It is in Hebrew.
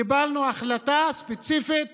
קיבלנו החלטה ספציפית